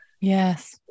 Yes